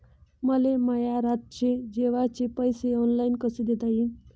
मले माया रातचे जेवाचे पैसे ऑनलाईन कसे देता येईन?